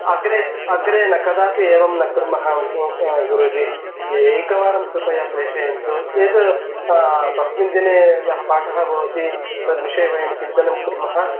अग्रे अग्रे न कदापि एवं न कुर्मः गुरूजि एकवारं कृपया प्रेषयन्तु यद् तस्मिन् दिने यः पाठः भवति तद्विषये वयं चिन्तनं कुर्मः